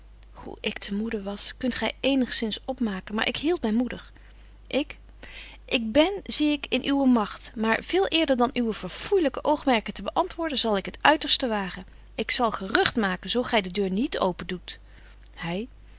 hoe ik te moede was kunt gy eenigzins opmaken maar ik hield my moedig ik ik ben zie ik in uwe magt maar veel eerder dan uwe verfoeilyke oogmerken te beantwoorden zal ik het uiterste wagen ik zal gerugt maken zo gy de deur niet open doet hy